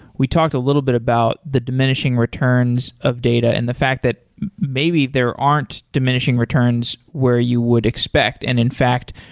we talked a little bit about the diminishing returns of data and the fact that maybe there aren't diminishing returns where you would expect. and in fact,